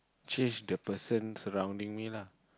change the person surrounding me lah